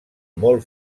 molt